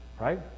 right